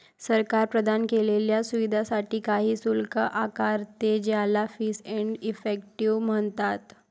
सरकार प्रदान केलेल्या सुविधांसाठी काही शुल्क आकारते, ज्याला फीस एंड इफेक्टिव म्हणतात